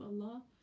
Allah